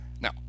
No